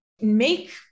make